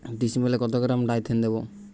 ডিস্মেলে কত gram Dithane দেবো?